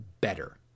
better